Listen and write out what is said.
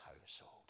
household